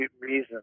reason